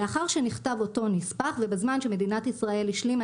לאחר שנכתב אותו נספח ובזמן שמדינת ישראל השלימה